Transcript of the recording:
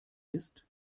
ist